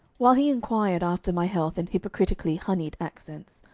while he inquired after my health in hypocritically honeyed accents,